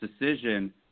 decision